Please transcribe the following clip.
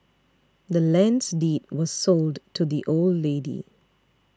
the land's deed was sold to the old lady